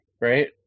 Right